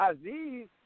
Aziz